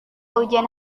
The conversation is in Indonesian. ujian